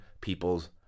people's